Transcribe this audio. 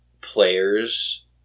players